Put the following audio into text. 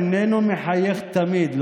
איננו מחייך תמיד,